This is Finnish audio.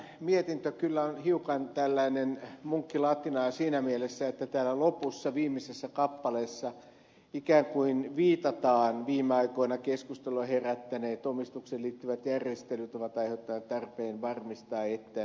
valiokunnan mietintö on kyllä hiukan munkkilatinaa siinä mielessä että täällä lopussa viimeisessä kappaleessa ikään kuin viitataan että viime aikoina keskustelua herättäneet asumisoikeusasuntojen omistukseen liittyvät järjestelyt ovat aiheuttaneet tarpeen varmistaa että ja niin edelleen